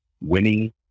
winning